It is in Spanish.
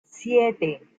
siete